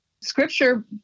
scripture